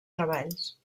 treballs